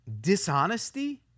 dishonesty